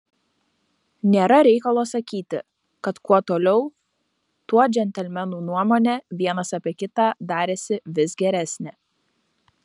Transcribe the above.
nėra reikalo sakyti kad kuo toliau tuo džentelmenų nuomonė vienas apie kitą darėsi vis geresnė